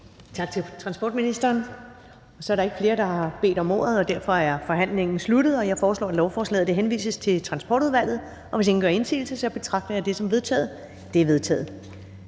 Tak til transportministeren. Så er der ikke flere, der har bedt om ordet, og derfor er forhandlingen sluttet. Jeg foreslår, at lovforslaget henvises til Transportudvalget. Hvis ingen gør indsigelse, betragter jeg det som vedtaget. Det er vedtaget.